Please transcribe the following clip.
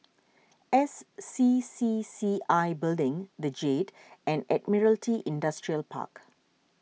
S C C C I Building the Jade and Admiralty Industrial Park